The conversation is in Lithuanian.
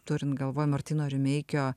turint galvoj martyno rimeikio